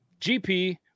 gp